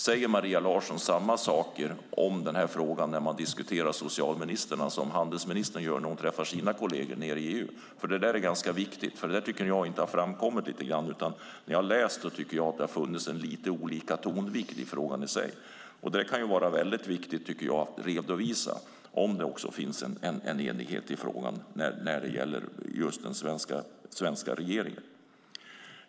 Säger Maria Larsson samma saker om den här frågan när ministrarna diskuterar som handelsministern gör när hon träffar sina kolleger nere i EU? Det där är ganska viktigt, och jag tycker inte att det har framkommit riktigt. När jag har läst på har jag tyckt att det funnits lite olika tonvikt i frågan. Det kan vara väldigt viktigt att redovisa om det finns en enighet i frågan i den svenska regeringen.